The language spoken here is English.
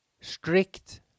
strict